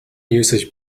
usage